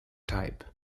type